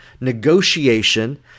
negotiation